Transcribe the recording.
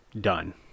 done